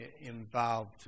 involved